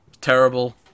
Terrible